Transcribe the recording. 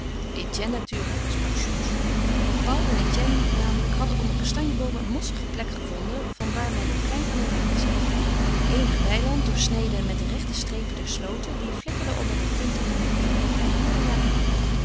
natuurlijk sprak georges paul en etienne namelijk hadden onder kastanjeboomen een mossige plek gevonden van waar men een klein panorama zag eenig weiland doorsneden met de rechte strepen der slooten die flikkerden onder den tintelenden hemel en hier en daar een koe